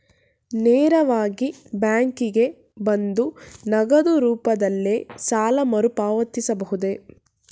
ನೇರವಾಗಿ ಬ್ಯಾಂಕಿಗೆ ಬಂದು ನಗದು ರೂಪದಲ್ಲೇ ಸಾಲ ಮರುಪಾವತಿಸಬಹುದೇ?